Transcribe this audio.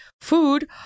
food